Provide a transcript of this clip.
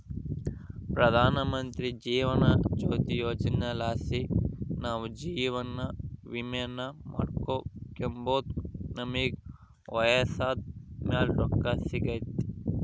ಪ್ರಧಾನಮಂತ್ರಿ ಜೀವನ ಜ್ಯೋತಿ ಯೋಜನೆಲಾಸಿ ನಾವು ಜೀವವಿಮೇನ ಮಾಡಿಕೆಂಬೋದು ನಮಿಗೆ ವಯಸ್ಸಾದ್ ಮೇಲೆ ರೊಕ್ಕ ಸಿಗ್ತತೆ